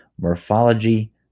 morphology